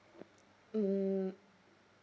mm